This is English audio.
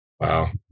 Wow